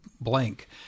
blank